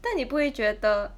但你不会觉得